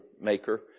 maker